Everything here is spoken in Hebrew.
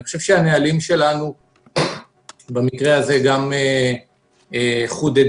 הנהלים שלנו במקרה הזה גם חודדו.